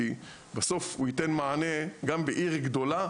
כי בסוף הוא ייתן מענה גם בעיר גדולה,